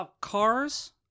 cars